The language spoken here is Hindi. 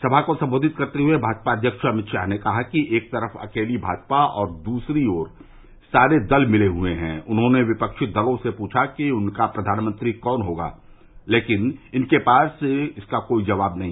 सभा को सम्बोधित करते हुए भाजपा अध्यक्ष अमित शाह ने कहा कि एक तरफ अकेली भाजपा और दूसरे तरफ सारे दल मिले हुए है उन्होंने विपक्षी दलों से पूछा कि उनका प्रधानमंत्री कौन होगा लेकिन उनके पास कोई जबाब नही